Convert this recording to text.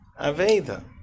Aveda